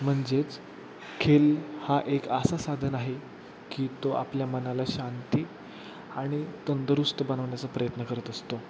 म्हणजेच खेळ हा एक असा साधन आहे की तो आपल्या मनाला शांती आणि तंदुरुस्त बनवण्याचा प्रयत्न करत असतो